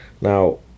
now